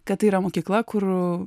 kad tai yra mokykla kur